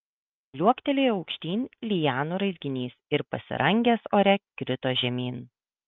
liuoktelėjo aukštyn lianų raizginys ir pasirangęs ore krito žemyn